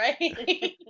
right